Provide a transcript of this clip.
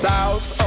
South